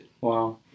Wow